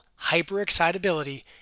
hyperexcitability